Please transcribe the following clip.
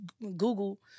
Google